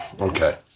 Okay